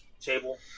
table